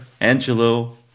Angelo